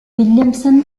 williamson